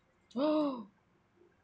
oh